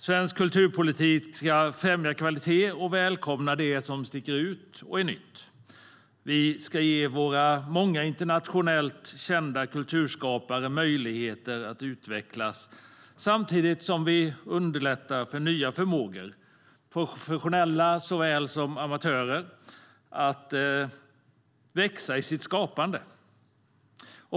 Svensk kulturpolitik ska främja kvalitet och välkomna det som sticker ut och är nytt. Vi ska ge våra många internationellt kända kulturskapare möjligheter att utvecklas samtidigt som vi underlättar för nya förmågor, professionella såväl som amatörer, att växa i sitt skapande.